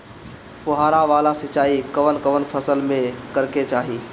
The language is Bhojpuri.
फुहारा वाला सिंचाई कवन कवन फसल में करके चाही?